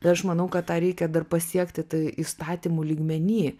tai aš manau kad tą reikia dar pasiekti tai įstatymų lygmeny